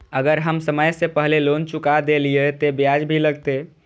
अगर हम समय से पहले लोन चुका देलीय ते ब्याज भी लगते?